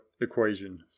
equation